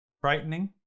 frightening